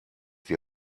die